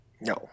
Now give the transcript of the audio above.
No